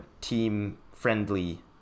team-friendly